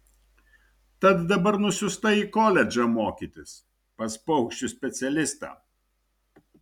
tad dabar nusiųsta į koledžą mokytis pas paukščių specialistą